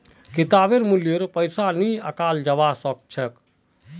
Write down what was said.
किताबेर मूल्य पैसा नइ आंकाल जबा स ख छ